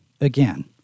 again